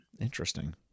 Interesting